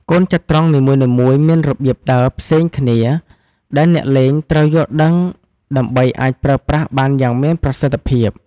កូនចត្រង្គនីមួយៗមានរបៀបដើរផ្សេងគ្នា ដែលអ្នកលេងត្រូវយល់ដឹងដើម្បីអាចប្រើប្រាស់បានយ៉ាងមានប្រសិទ្ធភាព។